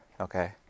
Okay